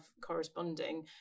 corresponding